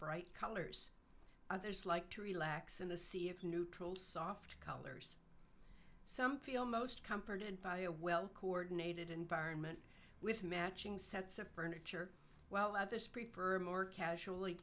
bright colors others like to relax in the see if neutral soft color some feel most comforted by a well coordinated environment with matching sets of furniture well at this